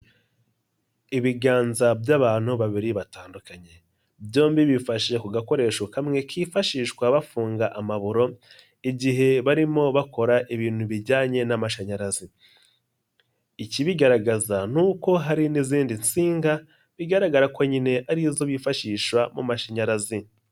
Ibiganza by'abantu babiri batandukanye, byombi bifashije ku gakoresho kamwe kifashishwa bafunga amaburo igihe barimo bakora ibintu bijyanye n'amashanyarazi, ikibigaragaza n'uko hari n'izindi nsinga bigaragara ko nyine ari izo bifashisha mu mashanyarazi.